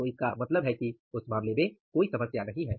तो इसका मतलब है कि उस मामले में कोई समस्या नहीं है